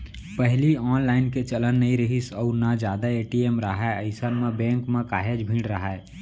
पहिली ऑनलाईन के चलन नइ रिहिस अउ ना जादा ए.टी.एम राहय अइसन म बेंक म काहेच भीड़ राहय